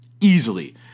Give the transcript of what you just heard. Easily